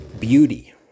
beauty